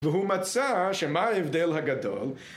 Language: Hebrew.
והוא מצא שמה ההבדל הגדול